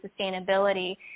sustainability